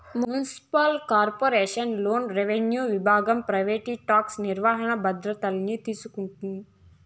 municipal corporation లోన revenue విభాగం property tax నిర్వహణ బాధ్యతల్ని తీసుకుంటాది